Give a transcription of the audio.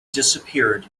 disappeared